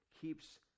keeps